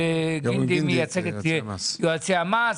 גינדי מייצג את יועצי המס.